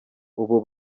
ubu